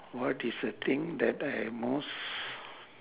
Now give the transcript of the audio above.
what is a thing that I am most